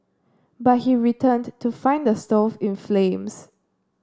but he returned to find the stove in flames